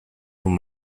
nun